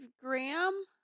Graham